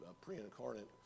pre-incarnate